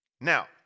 Now